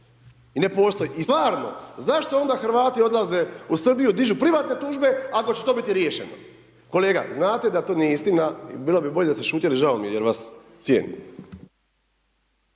I ne postoji. I stvarno zašto onda Hrvati odlaze u Srbiju dižu privatne tužbe ako će to biti riješeno. Kolega, znate da to nije istina i bilo bi bolje da ste šutjeli, žao mi je jer vas cijenim.